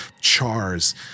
chars